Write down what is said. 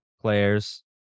players